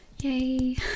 Yay